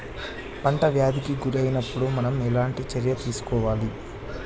పంట వ్యాధి కి గురి అయినపుడు మనం ఎలాంటి చర్య తీసుకోవాలి?